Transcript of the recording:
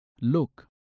Look